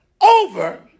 over